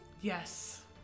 Yes